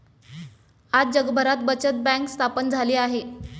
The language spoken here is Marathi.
आज जगभरात बचत बँक स्थापन झाली आहे